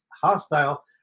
hostile